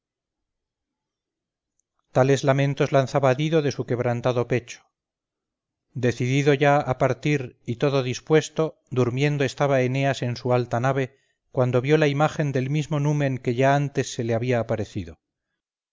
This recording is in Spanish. tales lamentos lanzaba dido de su quebrantado pecho decidido ya a partir y todo dispuesto durmiendo estaba eneas en su alta nave cuando vio la imagen del mismo numen que ya antes se le había aparecido